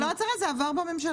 זה לא הצהרה, זה עבר בממשלה.